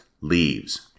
leaves